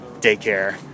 daycare